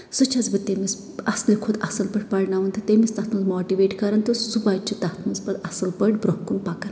سُہ چھَس بہٕ تٔمِس اَصلہِ کھۄتہٕ اصٕل پٲٹھۍ پرناوان تہٕ تٔمِس تَتھ منٛز ماٹِویٹ کران تہٕ سُہ بَچہٕ چھُ تَتھ منٛز پتہٕ اَصٕل پٲٹھۍ برونٛہہ کُن پَکان